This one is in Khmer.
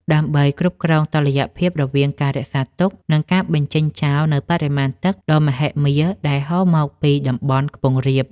ដើម្បីគ្រប់គ្រងតុល្យភាពរវាងការរក្សាទុក និងការបញ្ចេញចោលនូវបរិមាណទឹកដ៏មហិមាដែលហូរមកពីតំបន់ខ្ពង់រាប។